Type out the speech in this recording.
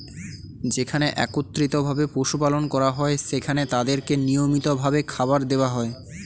যেখানে একত্রিত ভাবে পশু পালন করা হয়, সেখানে তাদেরকে নিয়মিত ভাবে খাবার দেওয়া হয়